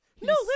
no